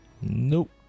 nope